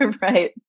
Right